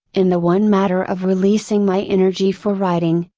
in the one matter of releasing my energy for writing,